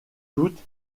toute